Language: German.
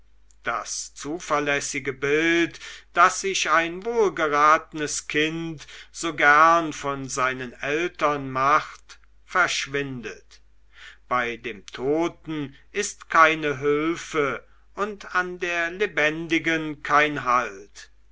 das zuverlässige bild das sich ein wohlgeratenes kind so gern von seinen eltern macht verschwindet bei dem toten ist keine hülfe und an der lebendigen kein halt